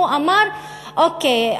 הוא אמר: אוקיי.